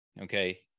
Okay